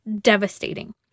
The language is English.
devastating